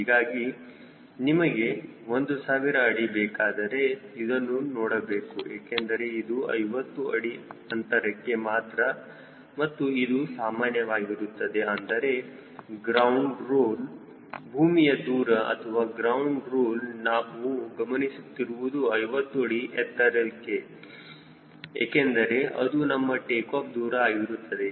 ಹೀಗಾಗಿ ನಿಮಗೆ 1000 ಅಡಿ ಬೇಕಾದರೆ ಇದನ್ನು ನೋಡಬೇಕು ಏಕೆಂದರೆ ಇದು 50 ಅಡಿ ಅಂತರಕ್ಕೆ ಮಾತ್ರ ಮತ್ತು ಇದು ಸಾಮಾನ್ಯವಾಗಿರುತ್ತದೆ ಅಂದರೆ ಗ್ರೌಂಡ್ ರೋಲ್ ಭೂಮಿಯ ದೂರ ಅಥವಾ ಗ್ರೌಂಡ್ ರೋಲ್ ನಾವು ಗಮನಿಸುತ್ತಿರುವುದು 50 ಅಡಿ ಅಂತರಕ್ಕೆ ಏಕೆಂದರೆ ಅದು ನಮ್ಮ ಟೇಕಾಫ್ ದೂರ ಆಗಿರುತ್ತದೆ